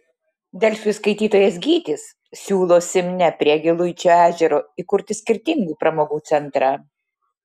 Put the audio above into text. delfi skaitytojas gytis siūlo simne prie giluičio ežero įkurti skirtingų pramogų centrą